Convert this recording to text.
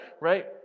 right